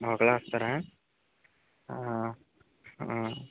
ఒకరే వస్తారా